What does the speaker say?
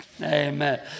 Amen